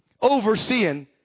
overseeing